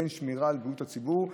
לבין השמירה על בריאות הציבור.